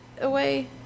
away